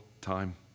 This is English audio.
time